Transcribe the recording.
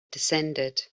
descended